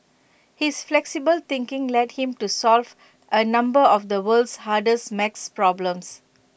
his flexible thinking led him to solve A number of the world's hardest math problems